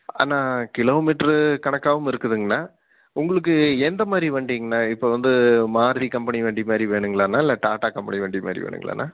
அண்ணா kilo metre கணக்காவும் இருக்குதுங்கண்ணா உங்களுக்கு எந்த மாதிரி வண்டிங்கண்ணா இப்போ வந்து மாருதி கம்பெனி வண்டி மாதிரி வேணுங்களாண்ணா இல்லை டாடா கம்பெனி வண்டிமாதிரி வேணுங்களாண்ணா